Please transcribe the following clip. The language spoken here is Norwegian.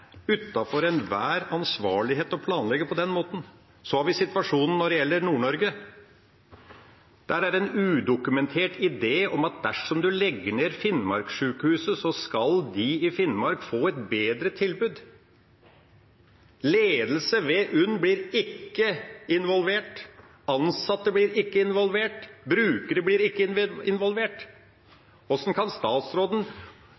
enhver ansvarlighet å planlegge på den måten. Så har vi situasjonen i Nord-Norge. Der er det en udokumentert idé at dersom en legger ned Finnmarkssykehuset, så skal de i Finnmark få et bedre tilbud. Ledelsen ved UNN blir ikke involvert, ansatte blir ikke involvert, brukere blir ikke